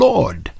Lord